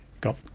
got